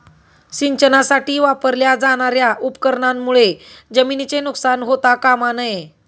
सिंचनासाठी वापरल्या जाणार्या उपकरणांमुळे जमिनीचे नुकसान होता कामा नये